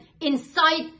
inside